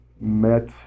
met